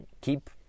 keep